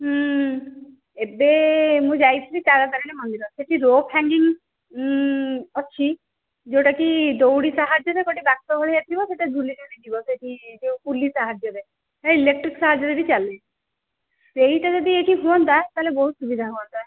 ଏବେ ମୁଁ ଯାଇଥିଲି ତାରା ତାରିଣୀ ମନ୍ଦିର ସେଇଠି ରୋପ୍ ହାଙ୍ଗିଙ୍ଗ୍ ଅଛି ଯେଉଁଟାକି ଦଉଡ଼ି ସାହାଯ୍ୟରେ ଗୋଟେ ବାକ୍ସ ଭଳିଆ ଥିବ ସେଇଠି ଝୁଲି ଝୁଲି ଯିବ ସେଇଠି ଯେଉଁ ପୁଳି ସାହାଯ୍ୟରେ ଏଇ ଇଲେକ୍ଟ୍ରିକ ସାହାଯ୍ୟରେ ବି ଚାଲେ ସେଇଟା ଯଦି ଏଇଠି ହୁଅନ୍ତା ତା'ହେଲେ ବହୁତ ସୁବିଧା ହୁଅନ୍ତା